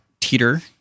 Teeter